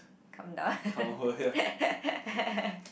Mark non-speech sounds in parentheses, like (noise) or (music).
come down (laughs)